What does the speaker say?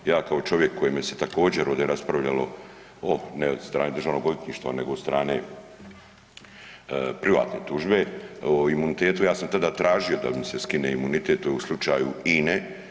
Ja kao čovjek o kojem se također ovdje raspravljalo, ne od strane Državnog odvjetništva nego od strane privatne tužbe o imunitetu, ja sam tada tražio da mi se skine imunitet u slučaju INA-e.